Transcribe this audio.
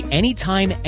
anytime